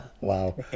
Wow